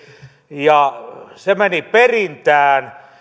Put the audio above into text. ja se meni perintään